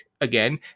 again